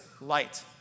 light